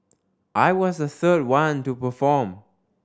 I was the third one to perform